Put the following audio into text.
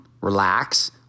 relax